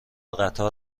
قطار